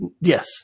Yes